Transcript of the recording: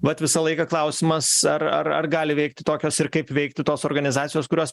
vat visą laiką klausimas ar ar ar gali veikti tokios ir kaip veikti tos organizacijos kurios